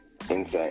Insane